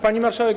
Pani Marszałek!